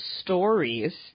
stories